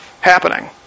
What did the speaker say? happening